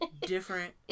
different